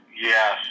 Yes